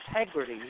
integrity